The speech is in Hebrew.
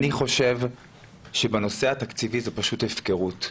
אני חושב שבנושא התקציבי, זאת פשוט הפקרות.